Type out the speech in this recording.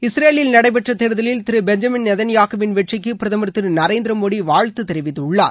இஸ்ரேலில் நடைபெற்ற தேர்தலில் திரு பெஞ்சமின் நேதன்யாகுவின் வெற்றிக்கு பிரதமர் திரு நரேந்திர மோடி வாழ்த்து தெரிவித்துள்ளார்